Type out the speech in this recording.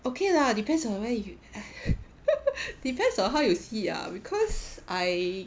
okay lah depends on where you depends on how you see ah because I